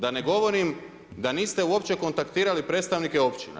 Da ne govorim da niste uopće kontaktirali predstavnike općina.